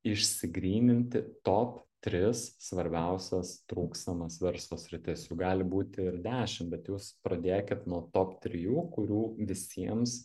išsigryninti top tris svarbiausias trūkstamas verslo sritis jų gali būti ir dešim bet jūs pradėkit nuo top trijų kurių visiems